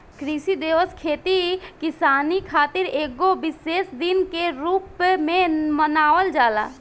कृषि दिवस खेती किसानी खातिर एगो विशेष दिन के रूप में मनावल जाला